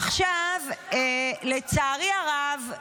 עכשיו, לצערי הרב,